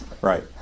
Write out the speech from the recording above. right